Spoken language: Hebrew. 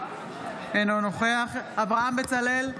אינו נוכח אברהם בצלאל,